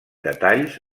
detalls